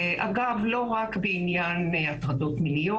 אגב, לא רק בעניין הטרדות מיניות.